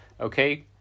okay